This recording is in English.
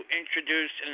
introduce